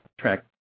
track